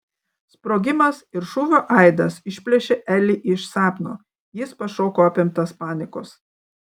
sprogimas ir šūvio aidas išplėšė elį iš sapno jis pašoko apimtas panikos